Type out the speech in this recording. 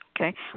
Okay